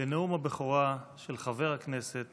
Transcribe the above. לנאום הבכורה של חבר הכנסת